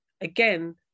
again